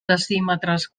decímetres